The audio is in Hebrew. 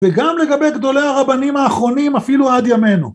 וגם לגבי גדולי הרבנים האחרונים אפילו עד ימינו